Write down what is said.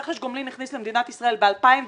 רכש גומלין הכניס למדינת ישראל ב-2016